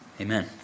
Amen